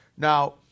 Now